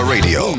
Radio